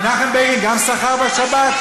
מנחם בגין גם סחר בשבת?